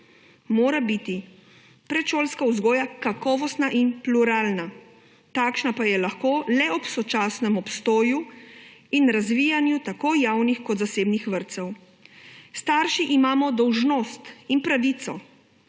mora biti predšolska vzgoja kakovostna in pluralna, takšna pa je lahko le ob sočasnem obstoju in razvijanju tako javnih kot zasebnih vrtcev. Starši imamo dolžnost in pravico